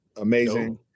amazing